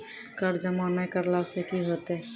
कर जमा नै करला से कि होतै?